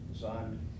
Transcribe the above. signed